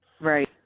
Right